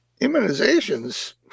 immunizations